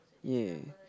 ya